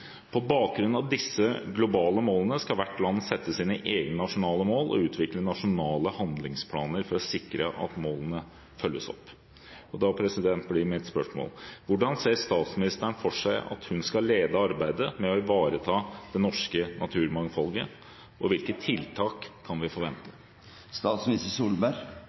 På bakgrunn av disse globale målene skal hvert land sette sine egne nasjonale mål og utvikle nasjonale handlingsplaner for å sikre at målene følges opp. Da blir mitt spørsmål: Hvordan ser statsministeren for seg at hun skal lede arbeidet med å ivareta det norske naturmangfoldet, og hvilke tiltak kan vi